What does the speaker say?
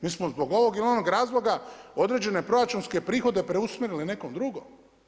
Mi smo zbog ovog ili onog razloga određene proračunske prihode preusmjerili nekom drugom.